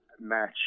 match